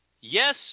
Yes